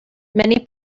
many